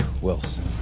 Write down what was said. Wilson